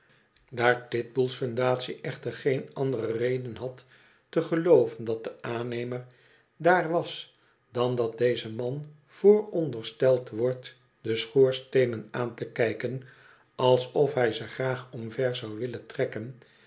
daar titbull's fundatie echter geen andere reden had te gelooven dat de aannemer daar was dan dat deze man voorondersteld wordt de schoorsteenen aan te kijken alsof hij ze graag omver zou willen trekken